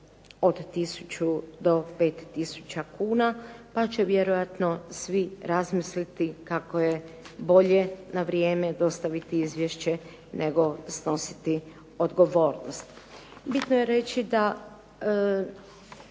od 1000 do 5000 kuna, pa će vjerojatno svi razmisliti kako je bolje na vrijeme dostaviti izvješće nego snositi odgovornost. Bitno je reći da